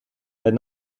and